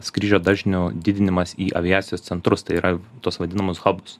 skrydžio dažnių didinimas į aviacijos centrus tai yra tuos vadinamus habus